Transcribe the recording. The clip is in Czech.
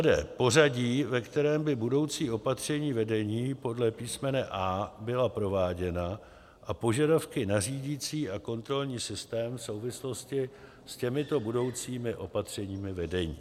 d) pořadí, ve kterém by budoucí opatření vedení podle písmene a) byla prováděna a požadavky na řídicí a kontrolní systém v souvislosti s těmito budoucími opatřeními vedení;